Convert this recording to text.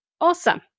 Awesome